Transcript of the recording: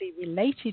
related